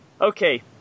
Okay